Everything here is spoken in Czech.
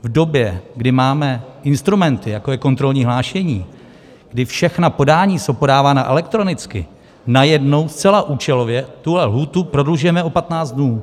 V době, kdy máme instrumenty, jako je kontrolní hlášení, kdy všechna podání jsou podávána elektronicky, najednou zcela účelově tuhle lhůtu prodlužujeme o 15 dnů.